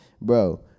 bro